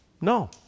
No